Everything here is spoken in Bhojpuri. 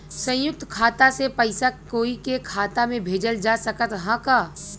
संयुक्त खाता से पयिसा कोई के खाता में भेजल जा सकत ह का?